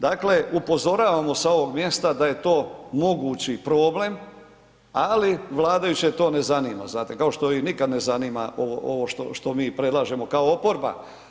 Dakle, upozoravamo sa ovog mjesta da je to mogući problem, ali vladajuće to ne zanima znate, kao što ih nikad ne zanima ovo, ovo što, što mi predlažemo kao oporba.